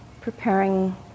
preparing